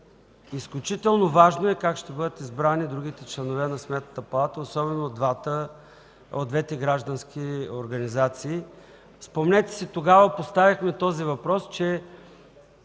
изключително важно как ще бъдат избрани другите членове на Сметната палата, особено от двете граждански организации. Спомнете си, тогава поставихме този въпрос, че